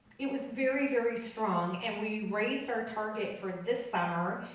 it was very, very strong and we raised our target for this summer,